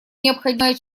необходимая